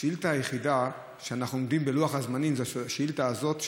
השאילתה היחידה שאנחנו עומדים בה בלוח הזמנים זו השאילתה הזאת,